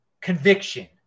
Conviction